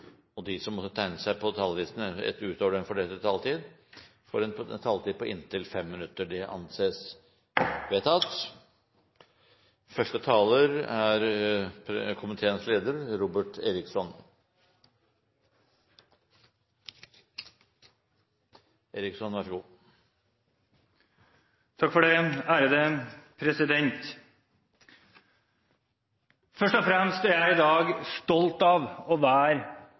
de som måtte tegne seg på talerlisten utover den fordelte taletid, får en taletid på inntil 3 minutter. – Det anses vedtatt. Først og fremst er jeg i dag stolt av å være fremskrittspartipolitiker. Jeg er stolt av det budsjettet Fremskrittspartiet har lagt frem. Jeg er stolt av